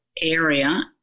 area